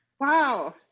Wow